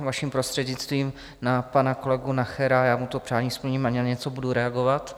Vaším prostřednictvím na pan kolegu Nachera, já mu to přání splním a na něco budu reagovat.